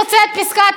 זה אסור,